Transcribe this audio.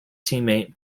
teammate